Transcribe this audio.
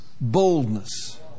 Boldness